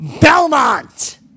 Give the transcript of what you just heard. Belmont